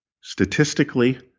statistically